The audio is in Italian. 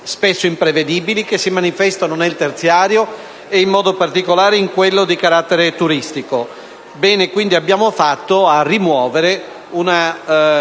spesso imprevedibili, che si manifestano nel lavoro terziario e, in modo particolare, in quello di carattere turistico. Bene quindi abbiamo fatto a rimuovere un